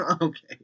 okay